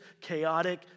chaotic